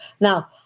Now